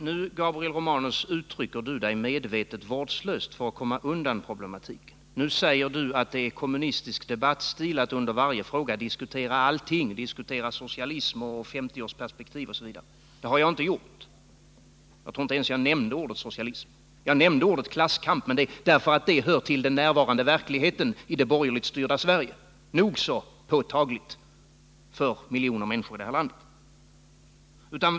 Herr talman! Gabriel Romanus uttrycker sig nu medvetet vårdslöst för att komma undan problematiken. Nu säger han att det är kommunistisk debattstil att under varje fråga diskutera allting — socialism, 50-årsperspektiv, osv. Det har jag inte gjort. Jag tror inte ens jag nämnde ordet socialism. Jag nämnde ordet klasskamp, men det var därför att det hör till den närvarande verkligheten i det borgerligt styrda Sverige. Den är nog så påtaglig för miljoner människor här i landet.